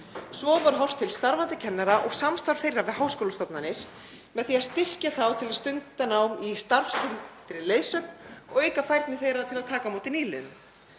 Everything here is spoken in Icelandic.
Svo var horft til starfandi kennara og samstarfs þeirra við háskólastofnanir með því að styrkja þá til að stunda nám í starfstengdri leiðsögn og auka færni þeirra til að taka á móti nýliðum.